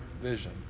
vision